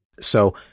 So-